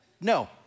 no